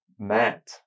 Matt